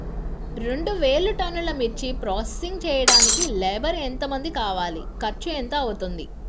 రెండు వేలు టన్నుల మిర్చి ప్రోసెసింగ్ చేయడానికి లేబర్ ఎంతమంది కావాలి, ఖర్చు ఎంత అవుతుంది?